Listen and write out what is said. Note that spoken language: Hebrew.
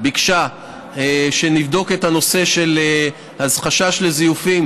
ביקשה שנבדוק את הנושא של החשש לזיופים